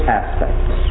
aspects